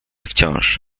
wciąż